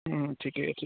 हँ ठीके छै